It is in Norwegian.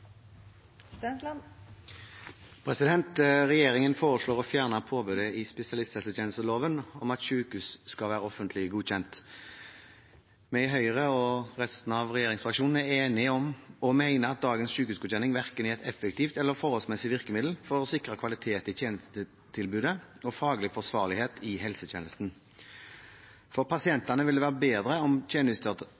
at sykehus skal være offentlig godkjent. Vi i Høyre og resten av regjeringsfraksjonen er enige om og mener at dagens sykehusgodkjenning verken er et effektivt eller forholdsmessig virkemiddel for å sikre kvalitet i tjenestetilbudet og faglig forsvarlighet i helsetjenesten. For